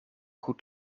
goed